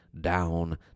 down